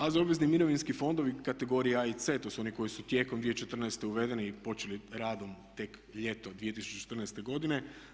AZ obvezni mirovinski fondovi kategorije A i C, to su oni koji su tijekom 2014. uvedeni i počeli radom tek ljeto 2014. godine.